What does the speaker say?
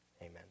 amen